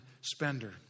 spender